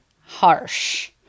harsh